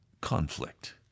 conflict